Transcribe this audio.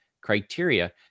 criteria